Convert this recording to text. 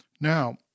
Now